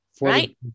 right